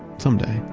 someday,